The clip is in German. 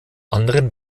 anderen